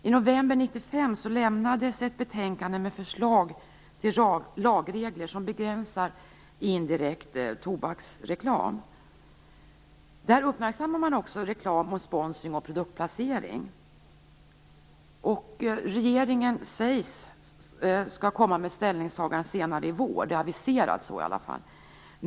I november 1995 lämnades ett betänkande med förslag till lagregler som begränsar indirekt tobaksreklam. Där uppmärksammades också reklam genom spronsring och produktplacering. Regeringen sägs komma med ett ställningstagande senare i vår - det har aviserats i alla fall.